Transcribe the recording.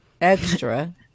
extra